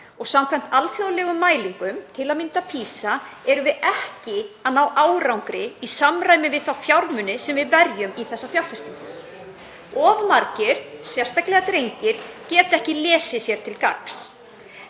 og samkvæmt alþjóðlegum mælingum, til að mynda PISA, erum við ekki að ná árangri í samræmi við þá fjármuni sem við verjum í þessa fjárfestingu. Of margir, sérstaklega drengir, geti ekki lesið sér til gagns